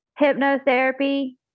Hypnotherapy